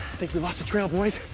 think we lost the trail boys.